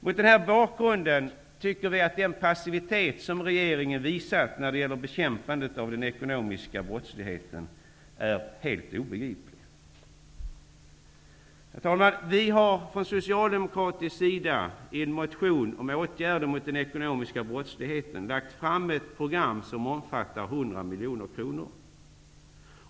Mot denna bakgrund tycker vi att den passivitet som regeringen visat när det gäller bekämpandet av den ekonomiska brottsligheten är helt obegriplig. Herr talman! Vi socialdemokrater har i en motion om åtgärder mot den ekonomiska brottsligheten lagt fram ett program som omfattar 100 miljoner kronor.